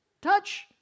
touch